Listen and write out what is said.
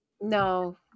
No